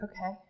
okay